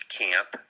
camp